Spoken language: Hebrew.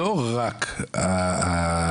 לא רק המפוקחים,